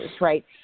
right